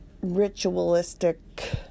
ritualistic